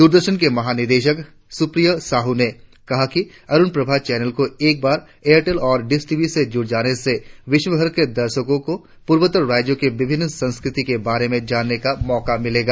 दूरदर्शन के महानिदेशक सुप्रिया साहू ने कहा कि अरुण प्रभा चैनल को एक बार एयरटेल और डिश टीवी से जुड़ जाने से विश्वभर के दर्शको को पूर्वोत्तर राज्यों की विभिन्न संस्कृति के बारे में जानने का मौका मिलेगा